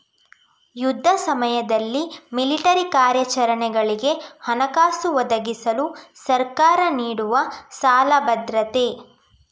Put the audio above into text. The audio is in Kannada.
ಯುದ್ಧ ಸಮಯದಲ್ಲಿ ಮಿಲಿಟರಿ ಕಾರ್ಯಾಚರಣೆಗಳಿಗೆ ಹಣಕಾಸು ಒದಗಿಸಲು ಸರ್ಕಾರ ನೀಡುವ ಸಾಲ ಭದ್ರತೆ